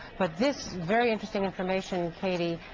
but this very interesting information katie,